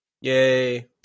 Yay